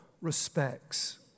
respects